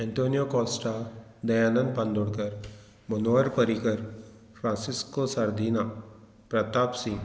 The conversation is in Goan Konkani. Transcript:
Antonio Costa Dayanand Bandodkar Manohar Parrikar Francisco Sardinha Pratap Singh